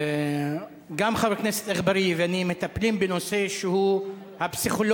גם חבר הכנסת אגבאריה וגם אני מטפלים בנושא שהוא הפסיכולוגים,